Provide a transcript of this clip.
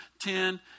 ten